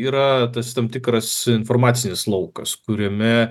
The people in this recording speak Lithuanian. yra tas tam tikras informacinis laukas kuriame